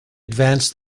advance